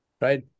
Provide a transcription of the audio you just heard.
Right